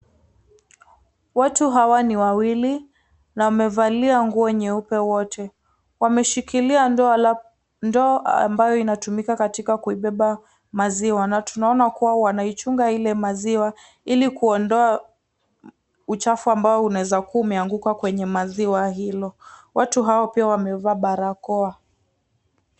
Watu hawa ni wawili na wamevalia nguo nyeupe wote. Wameshikilia ndoo ambayo inatumika katika kuibeba maziwa. Na tunaona kuwa wanaichunga ile maziwa ili kuondoa uchafu ambao unaweza kuwa umeanguka kwenye maziwa hilo. Watu hao pia wamevaa barakoa.